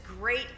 great